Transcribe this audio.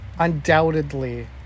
undoubtedly